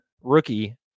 rookie